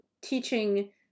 teaching